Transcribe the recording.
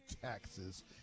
taxes